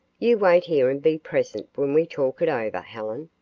you wait here and be present when we talk it over, helen.